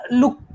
look